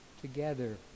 together